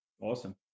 awesome